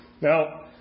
now